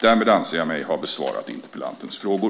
Därmed anser jag mig ha besvarat interpellantens frågor.